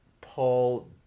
Paul